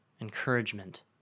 encouragement